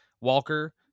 Walker